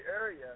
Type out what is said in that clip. area